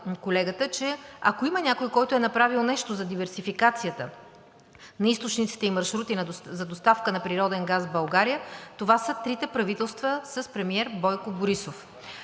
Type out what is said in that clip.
че ако има някой, който е направил нещо за диверсификацията на източниците и маршрутите за доставка на природен газ в България, това са трите правителства с премиер Бойко Борисов.